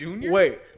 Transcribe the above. Wait